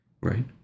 Right